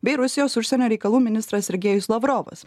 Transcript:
bei rusijos užsienio reikalų ministras sergejus lavrovas